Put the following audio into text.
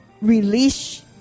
release